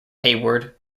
hayward